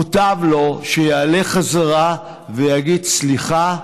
מוטב לו שיעלה חזרה ויגיד: סליחה,